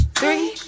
three